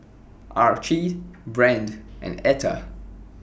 Archie Brandt and Etta